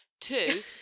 Two